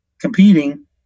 competing